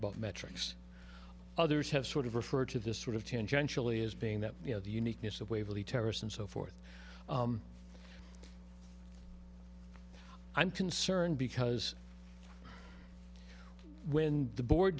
about metrics others have sort of referred to this sort of tangentially as being that you know the uniqueness of waverly terrace and so forth i'm concerned because when the board